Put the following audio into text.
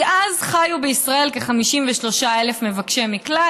כי אז חיו בישראל כ-53,000 מבקשי מקלט.